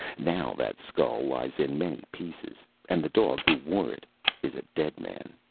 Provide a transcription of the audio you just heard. now that skull lies in many pieces, and the dog who wore it is a dead man!